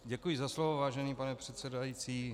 Děkuji za slovo, vážený pane předsedající.